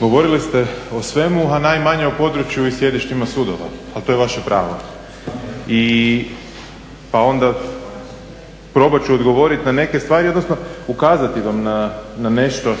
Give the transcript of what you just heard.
govorili ste o svemu, a najmanje o području i sjedištima sudova, ali to je vaše pravo. Pa onda ću probati na neke stvari odnosno ukazati vam na nešto